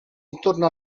intorno